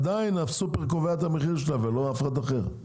עדיין הסופר קובע את המחיר שלהם ולא אף אחד אחר.